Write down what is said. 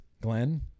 Glenn